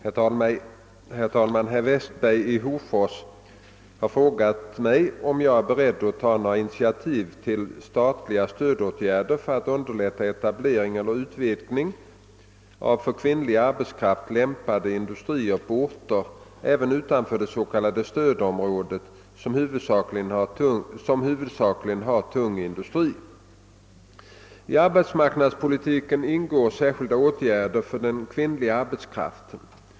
Herr talman! Herr Westberg i Hofors har frågat mig, om jag är beredd att ta några initiativ till statliga stödåtgärder för att underlätta etablering eller utvidgning av för kvinnlig arbetskraft lämpade industrier på orter även utanför det s.k. stödområdet som huvudsakligen har tung industri. I arbetsmarknadspolitiken ingår särskilda åtgärder för den kvinnliga arbetskraften.